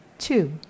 Two